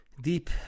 deep